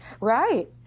Right